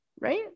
right